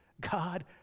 God